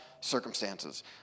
circumstances